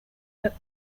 books